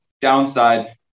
downside